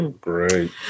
great